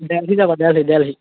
ডেল্হি যাব ডেল্হি